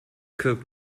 cook